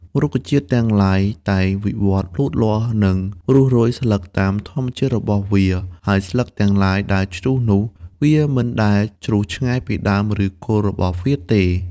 រុក្ខជាតិទាំងឡាយ តែងវិវត្តន៍លូតលាស់ និងរុះរោយស្លឹកតាមធម្មជាតិរបស់វា ហើយស្លឹកទាំងឡាយដែលជ្រុះនោះ វាមិនដែរជ្រុះឆ្ងាយពីដើម ឬគល់របស់វាទេ។